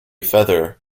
feather